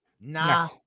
Nah